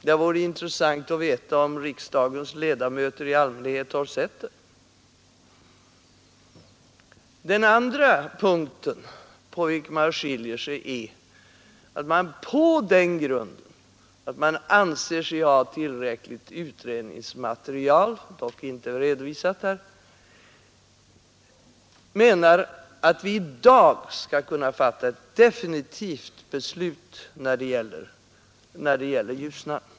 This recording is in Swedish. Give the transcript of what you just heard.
Det vore intressant att veta om riksdagens ledamöter i allmänhet har sett detta. Den andra punkt, där skiljaktigheter föreligger, är att man på den grund att man anser sig ha tillräckligt utredningsmaterial — fast det inte redovisas här — menar att vi i dag skall kunna fatta ett definitivt beslut när det gäller Ljusnan.